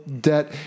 debt